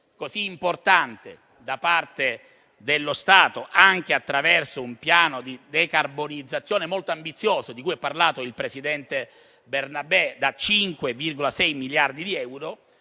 così importante da parte dello Stato, anche attraverso un piano di decarbonizzazione molto ambizioso, di cui ha parlato il presidente Bernabè, da 5,6 miliardi di euro,